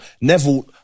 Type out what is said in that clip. Neville